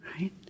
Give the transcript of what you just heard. right